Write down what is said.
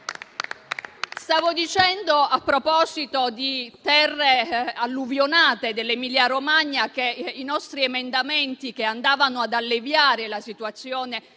Stavo dicendo, a proposito delle terre alluvionate dell’Emilia-Romagna, che i nostri emendamenti, che andavano ad alleviare la situazione